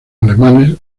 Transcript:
alemanes